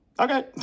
okay